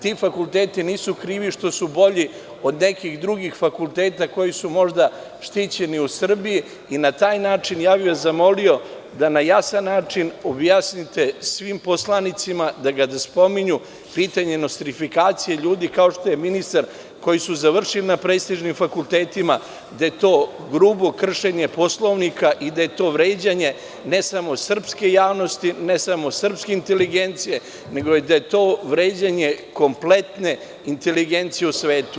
Ti fakulteti nisu krivi što su bolji od nekih drugih fakulteta koji su možda štićeni u Srbiji i na taj način bih vas zamolio da na jasan način objasnite svim poslanicima da ne spominju pitanje nostrifikacije ljudi kao što je ministar koji su završili prestižne fakultete i da je to grubo kršenje Poslovnika i da je to vređanje ne samo srpske javnosti, ne samo srpske inteligencije nego da je to vređanje kompletne inteligencije u svetu.